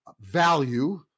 value